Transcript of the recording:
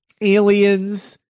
aliens